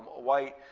white,